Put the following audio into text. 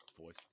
voice